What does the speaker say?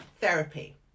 therapy